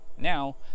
now